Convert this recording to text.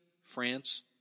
France